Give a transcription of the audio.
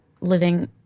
living